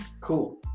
Cool